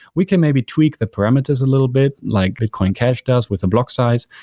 we can maybe tweak the parameters a little bit, like bitcoin cash does with the block size,